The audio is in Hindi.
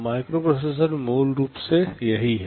माइक्रोप्रोसेसर मूल रूप से यही है